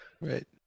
Right